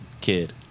kid